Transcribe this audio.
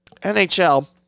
NHL